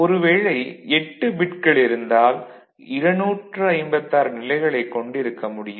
ஒருவேளை 8 பிட்கள் இருந்தால் 256 நிலைகளைக் கொண்டிருக்க முடியும்